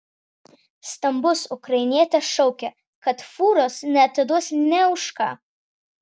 stambus ukrainietis šaukė kad fūros neatiduos nė už ką